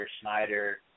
Schneider